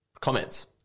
Comments